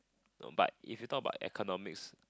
oh but if you talk about economics